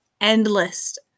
endless